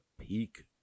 peak